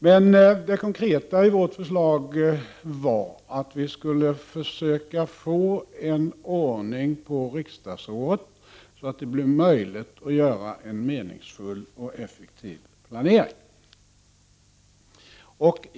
Men det konkreta i vårt förslag var att vi skulle försöka få en ordning på riksdagsåret som gör en meningsfull och effektiv planering möjlig.